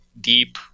deep